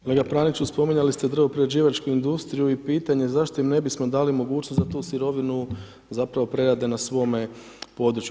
Kolega Praniću, spominjali ste drvoprerađivačku industriju i pitanje zašto im ne bismo dali mogućnost da tu sirovinu zapravo prerade na svoje području.